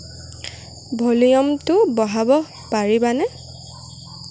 ভলিউমটো বঢ়াব পাৰিবানে